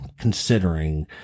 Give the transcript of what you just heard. considering